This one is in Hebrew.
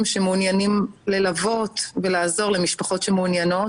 שמעוניינים ללוות ולעזור למשפחות שמעוניינות,